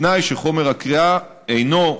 בתנאי שחומר הקריאה אינו,